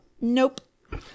Nope